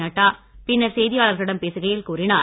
நட்டா பின்னர் செய்தியாளர்களிடம் பேசுகையில் கூறினார்